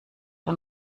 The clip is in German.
ein